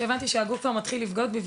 והבנתי שהגוף כבר מתחיל לבגוד בי,